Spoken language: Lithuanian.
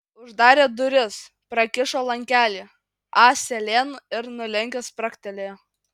uždarė duris prakišo lankelį ąselėn ir nulenkęs spragtelėjo